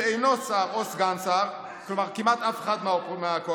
שאינו שר או סגן שר" כלומר כמעט אף אחד מהקואליציה,